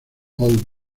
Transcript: old